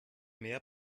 mehr